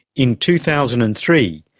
in two thousand and three,